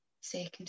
second